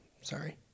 sorry